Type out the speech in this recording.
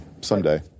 Someday